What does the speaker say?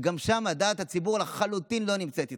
וגם שם דעת הציבור לחלוטין לא נמצאת איתכם,